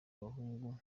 abahungu